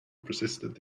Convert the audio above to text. persisted